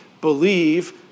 believe